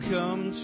come